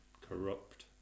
corrupt